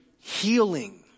healing